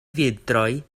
vintroj